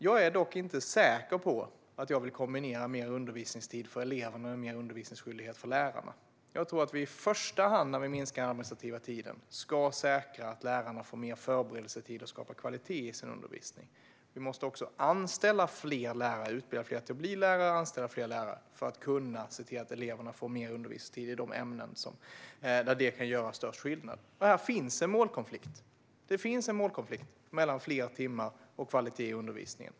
Jag är dock inte säker på att jag vill kombinera mer undervisningstid för eleverna med mer undervisningsskyldighet för lärarna. När vi minskar den administrativa tiden tror jag att vi i första hand ska säkra att lärarna får mer förberedelsetid för att skapa kvalitet i undervisningen. Vi måste också utbilda fler lärare och anställa fler lärare för att kunna se till att eleverna får mer undervisningstid i de ämnen där det kan göra störst skillnad. Det finns en målkonflikt mellan fler timmar och kvalitet i undervisningen.